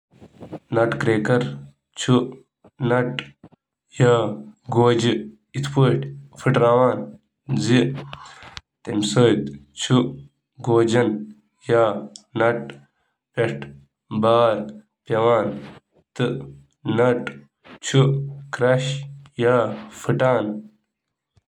نٹ cracker چُھ اکھ اوزار یُس گری دار میوے کھولنہٕ خٲطرٕ بناونہٕ چُھ آمُت تہنٛد گولہٕ پھٹرٲوتھ۔ واریاہ ڈیزائن چِھ، بشمول لیورز، سکرو تہٕ ریچیٹ۔ لیور ورجن چُھ لابسٹر تہٕ کیکڑن ہنٛد شیل کریک کرنہٕ خٲطرٕ تہٕ استعمال یوان کرنہٕ۔